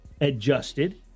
adjusted